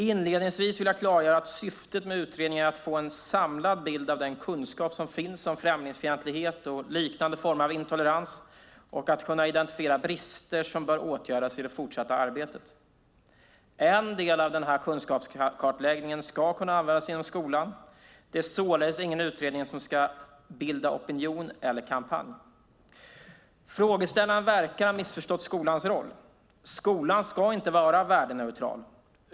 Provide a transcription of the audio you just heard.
Inledningsvis vill jag klargöra att syftet med utredningen är att få en samlad bild av den kunskap som finns om främlingsfientlighet och liknande former av intolerans och att kunna identifiera brister som bör åtgärdas i det fortsatta arbetet. En del av denna kunskapskartläggning ska kunna användas inom skolan. Det är således ingen utredning som ska bilda opinion eller kampanj. Frågeställaren verkar ha missförstått skolans roll. Skolan ska inte vara värdeneutral.